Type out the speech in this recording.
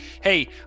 hey